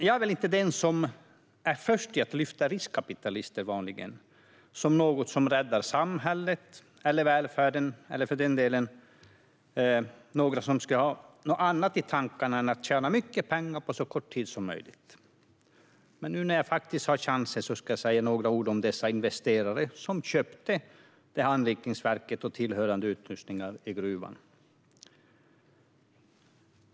Jag är vanligen inte den som är först med att lyfta fram riskkapitalister som några som räddar samhället eller välfärden eller för den delen som några som skulle ha något annat i tankarna än att tjäna mycket pengar på så kort tid som möjligt. Men nu när jag har chansen ska jag säga några ord om de investerare som köpte anrikningsverket och tillhörande utrustningar i gruvan.